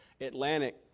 Atlantic